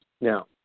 Now